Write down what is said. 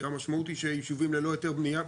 המשמעות היא שהישובים ללא היתר בנייה,